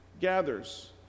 gathers